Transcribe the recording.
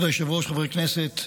כבוד היושב-ראש, חברי כנסת,